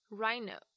rhino，